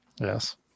Yes